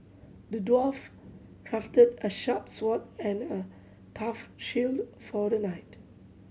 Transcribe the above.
the dwarf crafted a sharp sword and a tough shield for the knight